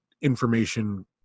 information